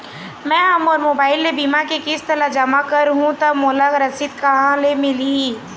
मैं हा मोर मोबाइल ले बीमा के किस्त ला जमा कर हु ता मोला रसीद कहां ले मिल ही?